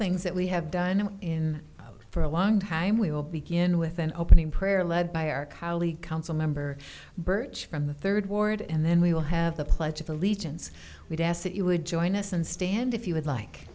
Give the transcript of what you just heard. things that we have done in for a long time we will begin with an opening prayer led by our colleague council member birch from the third ward and then we'll have the pledge of allegiance we did ask that you would join us and stand if you would like